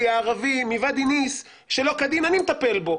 הערבי מוואדי ניס שלא כדין אני מטפל בו.